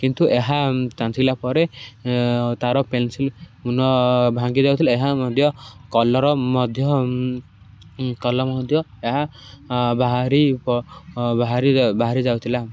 କିନ୍ତୁ ଏହା ଞ୍ଚାଛିଲା ପରେ ତା'ର ପେନସିଲନ ମୁନ ଭାଙ୍ଗି ଯାଉଥିଲେ ଏହା ମଧ୍ୟ କଲର୍ ମଧ୍ୟ କଲର୍ ମଧ୍ୟ ଏହା ବାହାରି ବାହାରି ବାହାରି ଯାଉଥିଲା